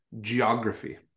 geography